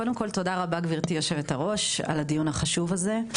קודם כל תודה רבה גברתי היושבת-ראש על הדיון החשוב הזה,